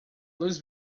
luz